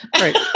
Right